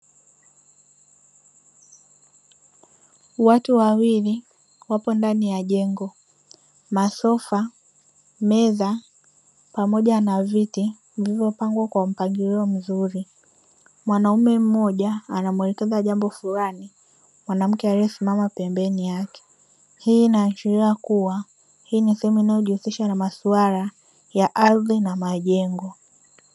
Watu wawili wapo ndani ya jengo; masofa, meza, pamoja na viti vilivyopangwa kwa mpangilio mzuri. Mwanaume mmoja anamwelekeza jambo fulani mwanamke aliyesimama pembeni yake. Hii inaashiria kuwa hii ni sehemu inayojihusisha na masuala ya ardhi na majengo.